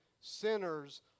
sinners